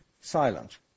silent